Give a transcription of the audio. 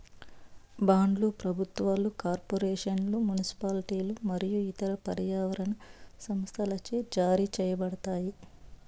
బాండ్లు ప్రభుత్వాలు, కార్పొరేషన్లు, మునిసిపాలిటీలు మరియు ఇతర పర్యావరణ సంస్థలచే జారీ చేయబడతాయి